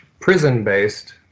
prison-based